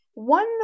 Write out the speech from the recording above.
One